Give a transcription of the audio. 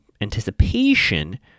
anticipation